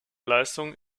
leistung